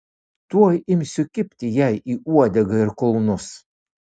tuoj imsiu kibti jai į uodegą ir kulnus